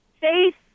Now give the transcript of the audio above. Faith